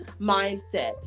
mindset